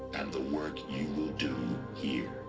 and the work you will do here